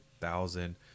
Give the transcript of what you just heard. thousand